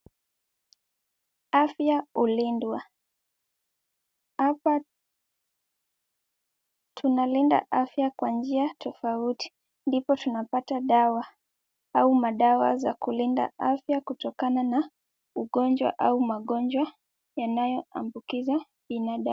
Afya hulindwa. Hapa tunalinda afya kwa njia tofauti ,ndipo tunapata dawa au madawa za kulinda afya kutokana na ugonjwa au magonjwa, yanayoambukiza binadamu.